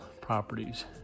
properties